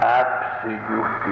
absolute